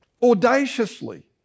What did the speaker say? Audaciously